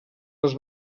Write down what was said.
les